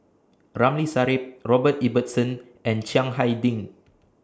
Ramli Sarip Robert Ibbetson and Chiang Hai Ding